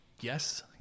Yes